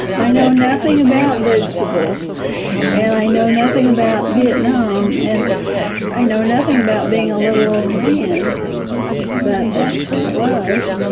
i know nothing about vegetables and i know nothing about vietnam, and i know nothing about being a little old man but that's what it was.